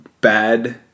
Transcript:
bad